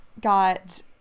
got